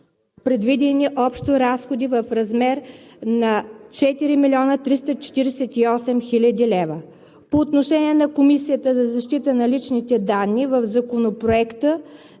предвидени общо разходи в размер на 4 348,6 хил. лв. По отношение на Комисията за защита на личните данни в Законопроекта